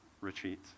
retreat